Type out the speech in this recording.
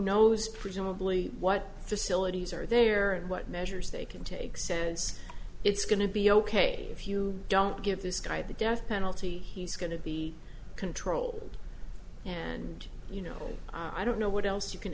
knows presumably what facilities are there and what measures they can take says it's going to be ok if you don't give this guy the death penalty he's going to be controlled and you know i don't know what else you can